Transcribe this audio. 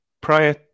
prior